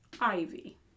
Ivy